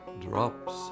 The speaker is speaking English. drops